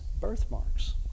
birthmarks